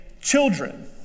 children